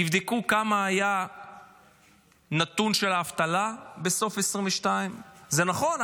תבדקו כמה היה הנתון של האבטלה בסוף 2022. זה נכון,